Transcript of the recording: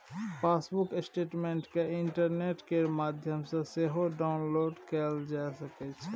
passbook statement केँ internet केर माध्यमसँ सेहो डाउनलोड कएल जा सकै छै